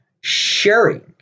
sharing